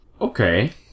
Okay